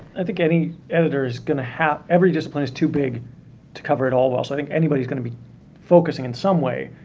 i think any editor's gonna have-every discipline is too big to cover it all well, so i think anybody's going to be focusing in some way.